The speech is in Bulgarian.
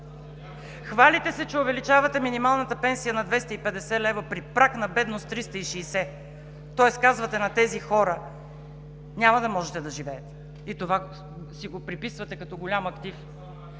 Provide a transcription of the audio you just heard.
хвалите се, че увеличавате минималната пенсия на 250 лв. при праг на бедност 360 лв., тоест казвате на тези хора: няма да можете да живеете! И това си го приписвате като голям актив.